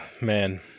man